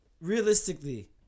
realistically